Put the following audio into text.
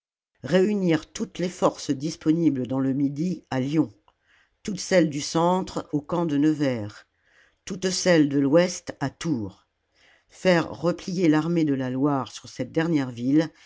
réunir toutes les forces disponibles dans le midi à lyon toutes celles du centre au camp de nevers toutes celles de l'ouest à tours faire replier l'armée de la loire sur cette dernière ville